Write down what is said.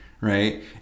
right